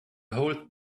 whole